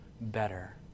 better